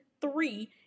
three